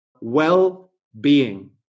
well-being